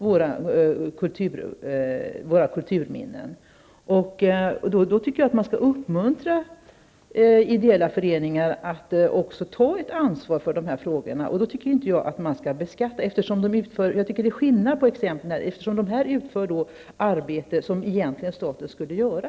Jag tycker att man därför skall uppmuntra ideella föreningar att ta ett ansvar för dessa frågor, och de bör då inte beskattas. Det är en skillnad här, eftersom de då utför arbete som staten egentligen skulle göra.